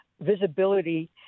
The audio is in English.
Visibility